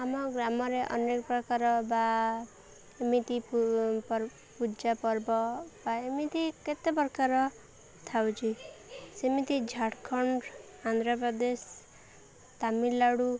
ଆମ ଗ୍ରାମରେ ଅନେକ ପ୍ରକାର ବା ଏମିତି ପୂଜା ପର୍ବ ବା ଏମିତି କେତେ ପ୍ରକାର ଥାଉଛି ସେମିତି ଝାଡ଼ଖଣ୍ଡ ଆନ୍ଧ୍ରପ୍ରଦେଶ ତାମିଲନାଡ଼ୁ